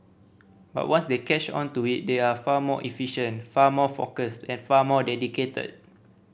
but once they catch on to it they are far more efficient far more focused and far more dedicated